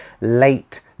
late